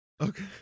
Okay